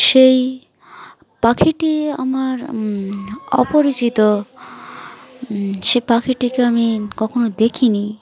সেই পাখিটি আমার অপরিচিত সে পাখিটিকে আমি কখনও দেখিনি